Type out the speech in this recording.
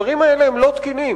הדברים האלה הם לא תקינים.